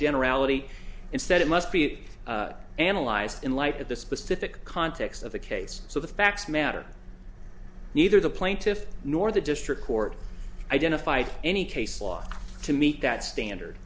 generality instead it must be analyzed in light of the specific context of the case so the facts matter neither the plaintiff nor the district court identified any case law to meet that standard